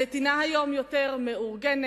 הנתינה היום היא יותר מאורגנת,